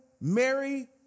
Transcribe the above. Mary